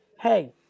hey